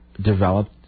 Developed